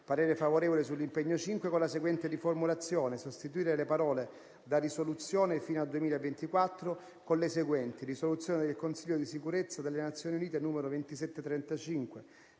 parere favorevole sull'impegno n. 5 con la seguente riformulazione: sostituire le parole da "risoluzione fino al 2024" con le seguenti "risoluzione del Consiglio di sicurezza delle Nazioni Unite n. 2735".